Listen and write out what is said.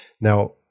now